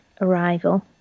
arrival